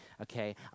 okay